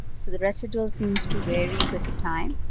so the residual seems to vary with time,